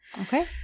Okay